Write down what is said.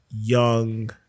young